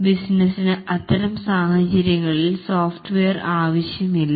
ബിസിനസിന് അത്തരം സാഹചര്യങ്ങളിൽ സോഫ്റ്റ്വെയർ ആവശ്യമില്ല